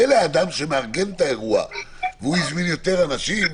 מילא האדם שמארגן את האירוע והזמין יותר אנשים,